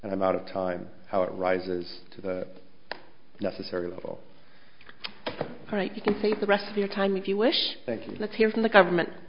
that amount of time how it rises to the necessary level right you can take the rest of your time if you wish thank you let's hear from the government